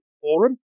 forum